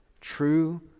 True